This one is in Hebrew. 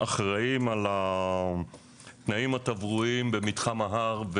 אחראים על הנעים התברואיים במתחם ההר,